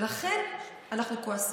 ולכן אנחנו כועסים,